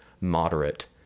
moderate